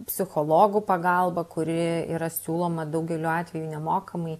psichologų pagalbą kuri yra siūloma daugeliu atvejų nemokamai